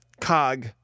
cog